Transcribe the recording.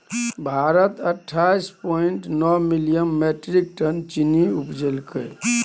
भारत अट्ठाइस पॉइंट नो million metric ton चीन्नी उपजेलकै